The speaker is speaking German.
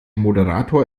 moderator